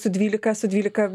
su dvylika su dvylika